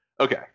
Okay